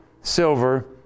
silver